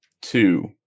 two